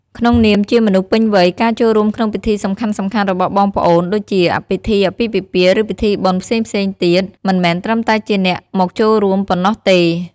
ក្នុងនាមជាមនុស្សពេញវ័យ ការចូលរួមក្នុងពិធីសំខាន់ៗរបស់បងប្អូនដូចជាពិធីអាពាហ៍ពិពាហ៍ ឬពិធីបុណ្យផ្សេងៗទៀត មិនមែនត្រឹមតែជាអ្នកមកចូលរួមប៉ុណ្ណោះទេ។